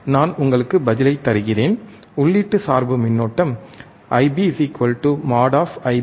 நான் உங்களுக்கு பதிலை தருகிறேன் உள்ளீட்டு சார்பு மின்னோட்டம் IBmodIB1 IB2 2